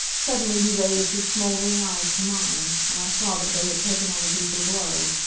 suddenly he raised his smoldering eyes to mine, and i saw that they had taken on a deeper glow.